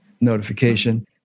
notification